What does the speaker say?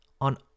on